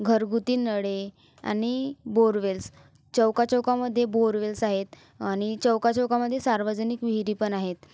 घरगुती नळे आणि बोरवेल्स चौकाचौकामध्ये बोरवेल्स आहेत आणि चौकाचौकामध्ये सार्वजनिक विहिरीपण आहेत